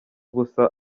ubusa